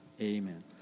amen